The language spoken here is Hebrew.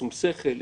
בשום שכל,